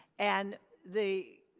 and the,